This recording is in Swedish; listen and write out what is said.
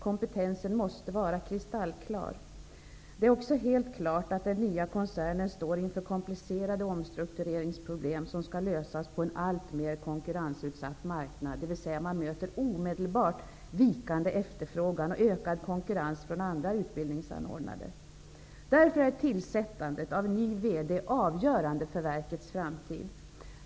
Kompetensen hos vederbörande måste vara kristallklar. Det är också helt klart att den nya koncernen står inför komplicerade omstruktureringsproblem, som skall lösas på en alltmer konkurrensutsatt marknad. Man möter omedelbart vikande efterfrågan och ökad konkurrens från andra utbildningsanordnare. Tillsättandet av en ny VD är därför avgörande för verkets framtid.